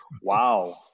Wow